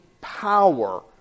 power